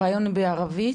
הריאיון הוא בערבית?